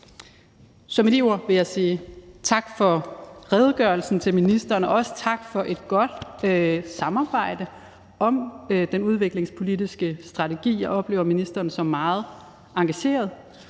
Så med de ord vil jeg sige tak for redegørelsen til ministeren, og også tak for et godt samarbejde om den udviklingspolitiske strategi. Jeg oplever ministeren som meget engageret